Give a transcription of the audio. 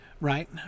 right